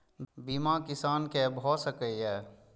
बीमा किसान कै भ सके ये?